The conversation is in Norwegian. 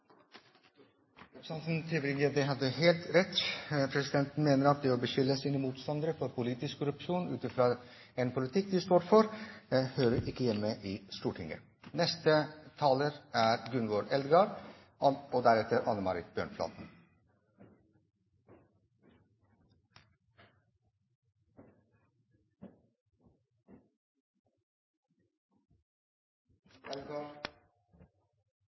Representanten Tybring-Gjedde hadde helt rett. Presidenten mener at det å beskylde sine motstandere for «politisk korrupsjon» ut fra en politikk de står for, ikke hører hjemme i Stortinget. Arbeid til alle, berekraftig utvikling, auka verdiskaping, ei meir rettferdig fordeling og